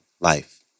life